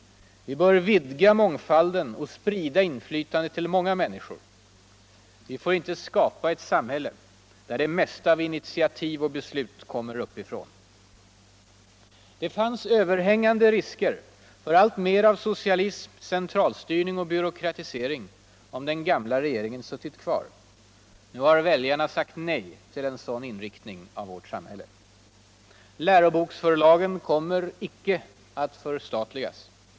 Vi bör vidga mångfalden och sprida inflytandet till många minniskor. Vi får inte skapa ett samhille där det mesta av initiativ och beslut kommer uppifrån. Det fanns överhängande risker för alltmer av socialism, centralstyrning och byråkratisering om den gamtla regeringen suttit kvar. Nu har väljarna sagt nej till en sådan inriktning av vårt samhälle. Läroboksförlagen kommer icke att förstatligas.